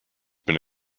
been